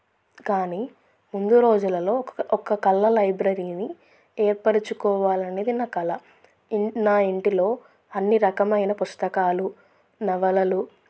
కానీ ముందు రోజులలో ఒక ఒక్క కల లైబ్రరీని ఏర్పరుచుకోవాలనేది నా కల నా ఇంటిలో అన్ని రకమైన పుస్తకాలు నవలలు